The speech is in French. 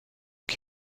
qui